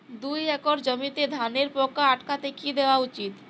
দুই একর জমিতে ধানের পোকা আটকাতে কি দেওয়া উচিৎ?